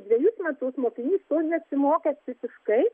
dvejus metus mokinys to nesimokęs visiškai